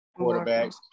quarterbacks